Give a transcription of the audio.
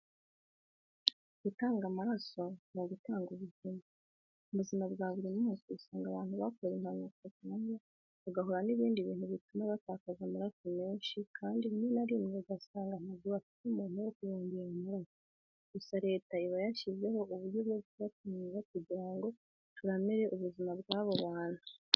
Gutanga amaraso ni ugutanga ubuzima. Mu buzima bwa buri munsi usanga abantu bakora impanuka cyangwa bagahura n'ibindi bintu bituma batakaza amaraso menshi kandi rimwe na rimwe ugasanga ntabwo bafite umuntu wo kubongerera amaraso, gusa Leta iba yarashizeho uburyo bwo kuyatanga kugira ngo turamire ubuzima bw'abo bantu.